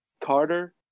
Carter